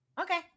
okay